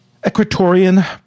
Equatorian